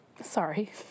sorry